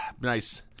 nice